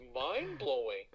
Mind-blowing